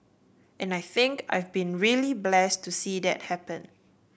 and I think I've been really blessed to see that happen